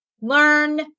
learn